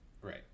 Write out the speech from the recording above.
right